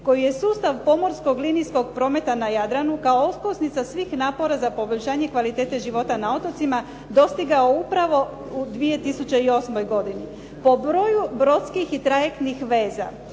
koju je sustav pomorskog linijskog prometa na Jadranu kao okosnica svih napora za poboljšanje kvalitete života na otocima dostigao upravu u 2008. godini. Po broju brodskih i trajektnih veza,